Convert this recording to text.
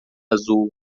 azul